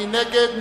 מי נגד?